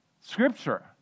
Scripture